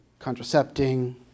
contracepting